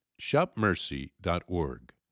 shopmercy.org